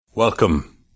Welcome